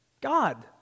God